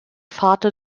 vater